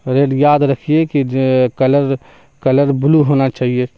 rate یاد رکھیے کہ کلر کلر بلو ہونا چاہیے